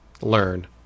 learn